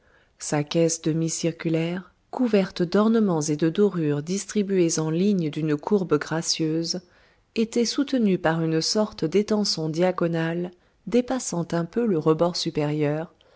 sa caisse demi circulaire couverte d'ornements et de dorures distribués en lignes d'une courbe gracieuse était soutenue par une sorte d'étançon diagonal dépassant un peu le rebord supérieur